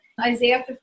Isaiah